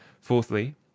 Fourthly